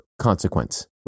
consequence